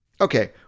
Okay